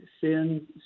sin